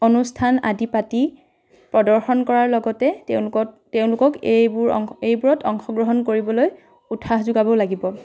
অনুষ্ঠান আদি পাতি প্ৰদৰ্শন কৰাৰ লগতে তেওঁলোকত তেওঁলোকক এইবোৰ অং এইবোৰত অংশগ্ৰহণ কৰিবলৈ উৎসাহ যোগাবও লাগিব